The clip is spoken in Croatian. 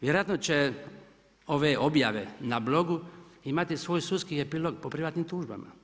Vjerojatno će ove objave na blogu imati svoj sudski epilog po privatnim tužbama.